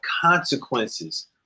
consequences